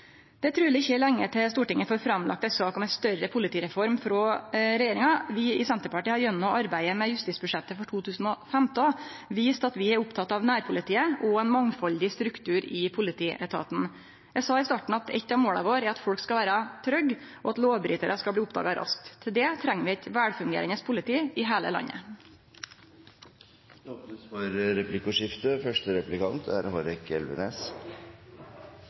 Det er truleg ikkje lenge til Stortinget får lagt føre seg ei sak om ei større politireform frå regjeringa. Vi i Senterpartiet har gjennom arbeidet med justisbudsjettet for 2015 vist at vi er opptekne av nærpolitiet og ein mangfaldig struktur i politietaten. Eg sa i starten at eit av måla våre er at folk skal vere trygge, og at lovbrytarar skal bli oppdaga raskt. Til det treng vi eit velfungerande politi i heile landet. Det blir replikkordskifte. Senterpartiet var som kjent en del av det